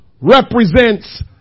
represents